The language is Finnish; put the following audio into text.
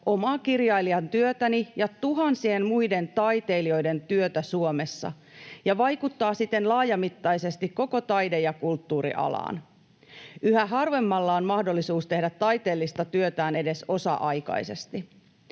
omaa kirjailijan työtäni ja tuhansien muiden taiteilijoiden työtä Suomessa ja vaikuttaa siten laajamittaisesti koko taide- ja kulttuurialaan. Yhä harvemmalla on mahdollisuus tehdä taiteellista työtään edes osa-aikaisesti.